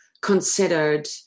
considered